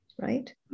Right